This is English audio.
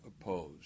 opposed